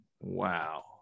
wow